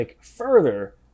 further